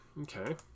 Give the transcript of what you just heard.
Okay